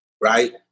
right